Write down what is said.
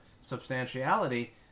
substantiality